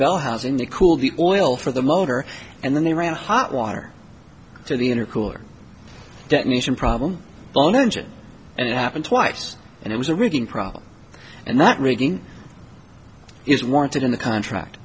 bell housing the cool the oil for the motor and then they ran hot water to the intercooler detonation problem on the engine and it happened twice and it was a reading problem and that rigging is warranted in the contract